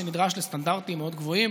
שנדרש לסטנדרטים מאוד גבוהים